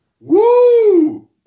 Woo